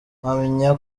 mpamya